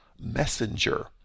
messenger